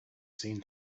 seen